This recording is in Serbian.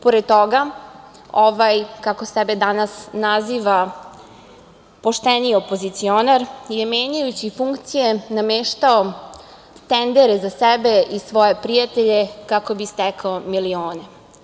Pored toga, ovaj, kako sebe danas naziva pošteniji, opozicionar je menjajući funkcije nameštao tendere za sebe i svoje prijatelje kako bi stekao milione.